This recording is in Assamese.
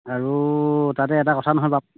আৰু তাতে এটা কথা নহয় বাপ